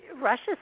Russia